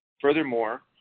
Furthermore